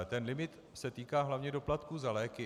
Ten limit se týká hlavně doplatků za léky.